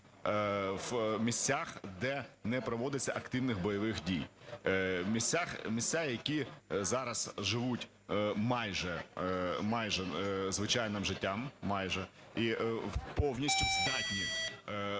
в місцях, де не проводиться активних бойових дій, місця, які зараз живуть майже звичайним життям, майже, і повністю здатні